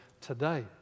today